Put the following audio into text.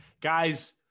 Guys